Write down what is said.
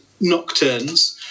nocturnes